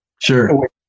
sure